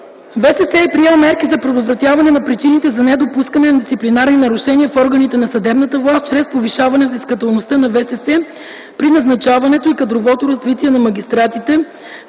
е предприел мерки за предотвратяване на причините за недопускане на дисциплинарни нарушения в органите на съдебната власт чрез повишаване взискателността на ВСС при назначаването и кадровото развитие на магистратите,